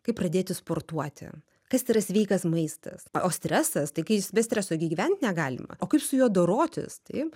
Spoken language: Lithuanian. kaip pradėti sportuoti kas yra sveikas maistas o stresas tai kai jis be streso gi gyvent negalima o kaip su juo dorotis taip